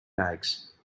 bags